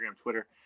Twitter